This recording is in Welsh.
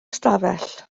ystafell